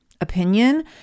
opinion